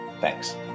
Thanks